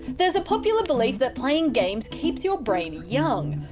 there's a popular belief that playing games keeps your brain young.